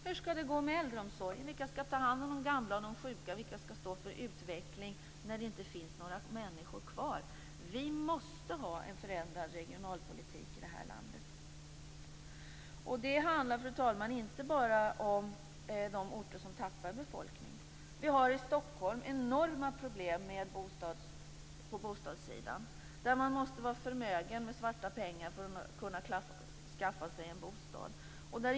Hur skall det gå med äldreomsorgen? Vilka skall ta hand om de gamla och sjuka? Vilka skall stå för utveckling när det inte finns några människor var? Vi måste ha en förändrad regionalpolitik i det här landet. Det handlar, fru talman, inte bara om de orter som tappar befolkning. Vi har i Stockholm enorma problem på bostadssidan. Man måste vara förmögen och ha svarta pengar för att kunna skaffa sig en bostad.